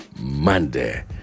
monday